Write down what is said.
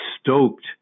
stoked